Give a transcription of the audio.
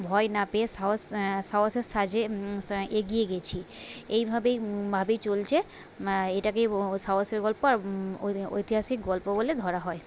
ভয় না পেয়ে সাহস সাহসের সাহায্যে এগিয়ে গেছি এইভাবেই ভাবেই চলছে এটাকেই সাহসের গল্প আর ঐতিহাসিক গল্প বলে ধরা হয়